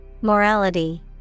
Morality